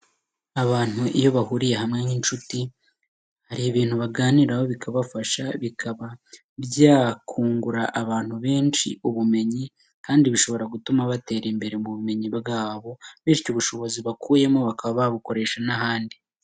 Abantu iyo bahuriye bamwe nk'inshuti hari ibintu baganiraho bikabafasha bikaba byakungura abantu benshi ubumenyi Kandi bishobora gutuma batera imbere mu bumenyi bwabo, bityo ubushobozi bakuyemo bakaba babukoresha n'ahandi.